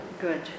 good